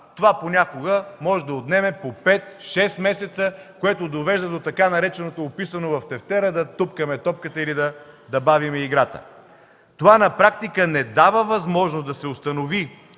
Това понякога може да отнеме по 5-6 месеца, което довежда до така нареченото, описано в тефтера, „да тупкаме топката” или да бавим играта. Това на практика не дава възможност да се установи